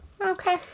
Okay